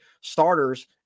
starters